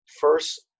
first